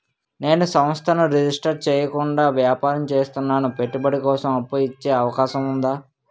నేను సంస్థను రిజిస్టర్ చేయకుండా వ్యాపారం చేస్తున్నాను పెట్టుబడి కోసం అప్పు ఇచ్చే అవకాశం ఉందా?